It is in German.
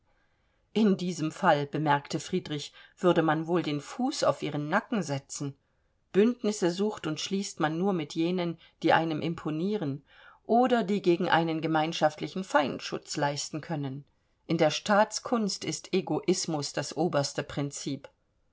in diesem fall bemerkte friedrich würde man wohl den fuß auf ihren nacken setzen bündnisse sucht und schließt man nur mit jenen die einem imponieren oder die gegen einen gemeinschaftlichen feind schutz leisten können in der staatskunst ist egoismus das oberste prinzip